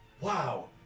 Wow